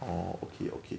orh okay okay